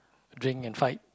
drink and fight